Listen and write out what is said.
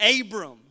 Abram